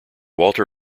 walter